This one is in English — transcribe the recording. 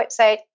website